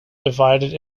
divided